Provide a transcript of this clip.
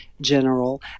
General